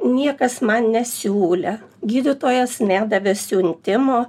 niekas man nesiūlė gydytojas nedavė siuntimo